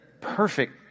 perfect